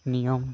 ᱱᱤᱭᱚᱢ